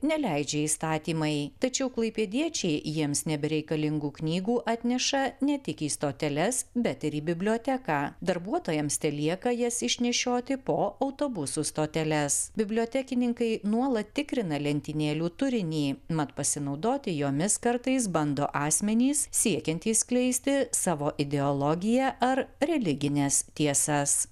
neleidžia įstatymai tačiau klaipėdiečiai jiems nebereikalingų knygų atneša ne tik į stoteles bet ir į biblioteką darbuotojams telieka jas išnešioti po autobusų stoteles bibliotekininkai nuolat tikrina lentynėlių turinį mat pasinaudoti jomis kartais bando asmenys siekiantys skleisti savo ideologiją ar religines tiesas